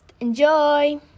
Enjoy